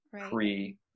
pre